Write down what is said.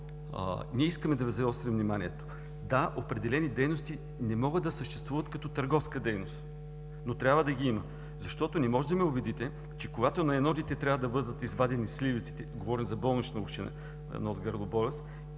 Ние искаме да заострим вниманието. Да, определени дейности не могат да съществуват като търговска дейност, но трябва да ги има, защото не може да ме убедите, че когато на едно дете трябва да бъдат извадени сливиците – говоря за болница в община – уши нос гърло болест,